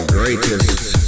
Greatest